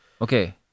Okay